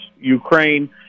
Ukraine